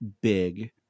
big